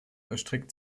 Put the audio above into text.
erstreckt